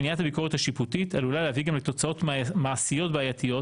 מניעת הביקורת השיפוטית עלולה להביא גם לתוצאות מעשיות בעייתיות